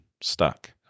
stuck